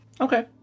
Okay